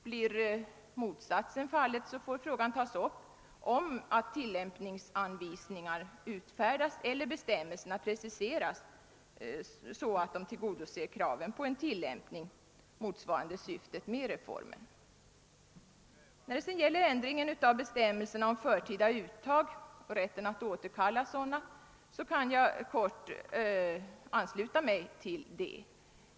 Blir motsatsen fallet, får frågan tas upp om att tillämpningsanvisningar utfärdas eller bestämmelserna preciseras så att de tillgodoser kraven på en tillämpning motsvarande syftet med reformen. Jag kan kort ansluta mig till förslaget om ändring av bestämmelserna om förtida uttag och rätten att återkalla sådadana.